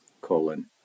colon